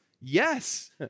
Yes